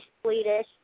Swedish